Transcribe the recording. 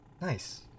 Nice